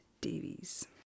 Davies